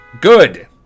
Good